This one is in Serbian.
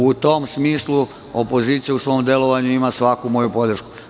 U tom smislu, opozicija u svom delovanju ima svaku moju podršku.